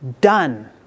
done